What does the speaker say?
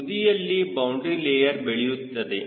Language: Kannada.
ತುದಿಯಲ್ಲಿ ಬೌಂಡರಿ ಲೇಯರ್ ಬೆಳೆಯುತ್ತದೆ